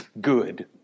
good